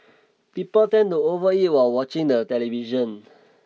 people tend to overeat while watching the television